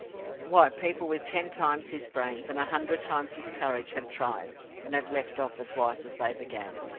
why, people with ten times his brains, and a hundred times his courage, have tried and have left off as wise as they began.